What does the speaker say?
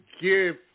give